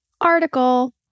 article